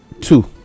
Two